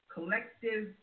Collective